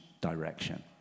direction